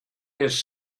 his